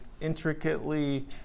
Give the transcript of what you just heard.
intricately